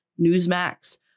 Newsmax